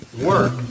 work